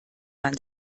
man